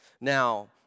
Now